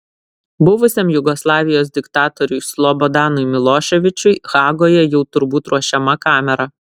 buvusiam jugoslavijos diktatoriui slobodanui miloševičiui hagoje jau turbūt ruošiama kamera